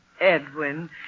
Edwin